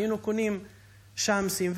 היינו קונים שם סים,